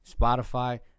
Spotify